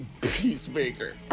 Peacemaker